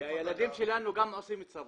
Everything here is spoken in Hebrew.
כי הילדים שלנו גם עושים צבא.